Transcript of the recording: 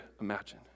imagine